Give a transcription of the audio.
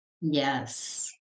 Yes